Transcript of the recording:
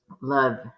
love